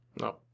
No